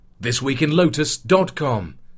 thisweekinlotus.com